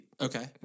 okay